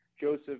Joseph